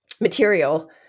material